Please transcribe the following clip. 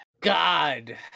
God